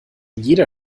jeder